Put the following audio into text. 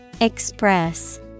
Express